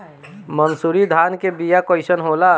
मनसुरी धान के बिया कईसन होला?